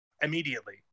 immediately